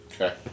Okay